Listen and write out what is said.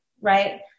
right